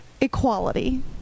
equality